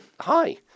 Hi